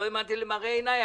לא האמנתי למראה עיניי,